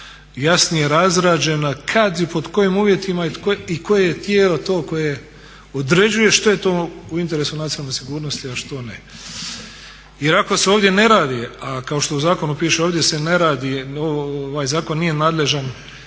jasnije razrađena kada i pod kojim uvjetima i koje je tijelo to koje određuje što je to u interesu nacionalne sigurnosti a što ne. Jer ako se ovdje ne radi a kao što u zakonu piše ovdje se ne radi, ovaj zakon nije nadležan